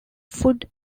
food